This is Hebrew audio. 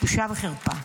בושה וחרפה.